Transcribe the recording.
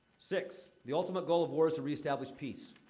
six, the ultimate goal of war is to reestablish peace.